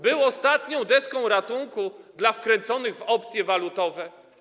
Był ostatnią deską ratunku dla wkręconych w opcje walutowe.